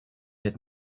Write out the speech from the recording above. had